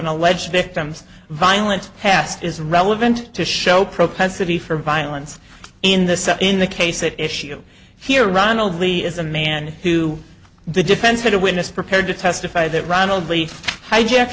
an alleged victim's violent past is relevant to show protests to be for violence in the in the case that issue here ronald lee is a man who the defense had a witness prepared to testify that ronald lee hijacked